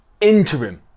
interim